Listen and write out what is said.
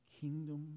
kingdom